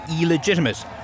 illegitimate